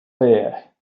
there